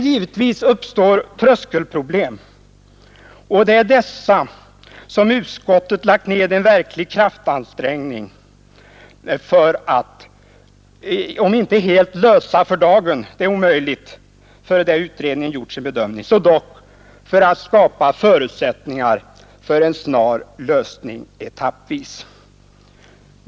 Givetvis uppstår tröskelproblem, och det är dessa som utskottet lagt ned en verklig kraftansträngning för att om inte helt lösa för dagen — det är omöjligt — så dock skapa förutsättningar för en snar lösning etappvis.